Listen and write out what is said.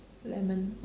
lemon